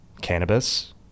cannabis